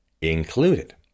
included